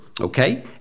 okay